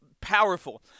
powerful